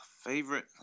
favorite